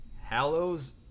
hallows